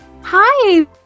hi